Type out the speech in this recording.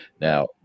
Now